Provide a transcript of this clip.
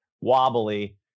wobbly